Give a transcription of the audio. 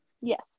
Yes